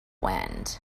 wind